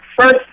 first